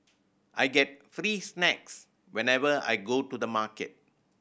I get free snacks whenever I go to the market